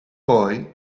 poi